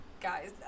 guys